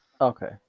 okay